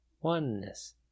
Oneness